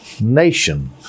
nation